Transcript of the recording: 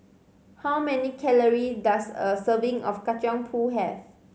how many calories does a serving of Kacang Pool have